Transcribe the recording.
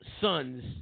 sons